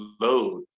load